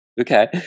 Okay